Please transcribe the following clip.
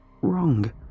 wrong